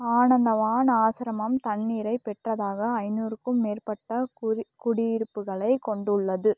ஆனந்தவான் ஆசிரமம் தன்னிறை பெற்றதாக ஐந்நூறுக்கும் மேற்பட்ட குரி குடியிருப்புகளை கொண்டுள்ளது